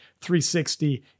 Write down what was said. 360